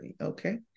okay